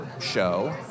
show